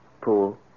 Pool